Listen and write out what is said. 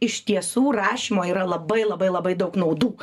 iš tiesų rašymo yra labai labai labai daug naudų